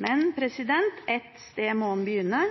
Men ett sted må en begynne,